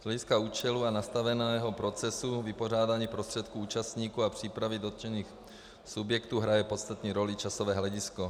Z hlediska účelu a nastaveného procesu vypořádání prostředků účastníků a přípravy dotčených subjektů hraje podstatnou roli časové hledisko.